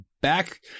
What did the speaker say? back